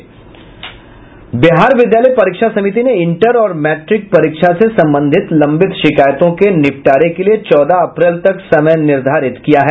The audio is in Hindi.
बिहार विद्यालय परीक्षा समिति ने इंटर और मैट्रिक परीक्षा से संबंधित लंबित शिकायतों के निपटारे के लिए चौदह अप्रैल तक समय निर्धारित किया है